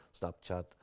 Snapchat